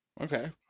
Okay